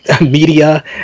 media